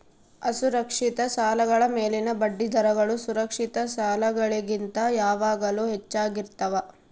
ಅಸುರಕ್ಷಿತ ಸಾಲಗಳ ಮೇಲಿನ ಬಡ್ಡಿದರಗಳು ಸುರಕ್ಷಿತ ಸಾಲಗಳಿಗಿಂತ ಯಾವಾಗಲೂ ಹೆಚ್ಚಾಗಿರ್ತವ